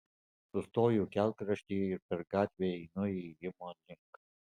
sustoju kelkraštyje ir per gatvę einu įėjimo link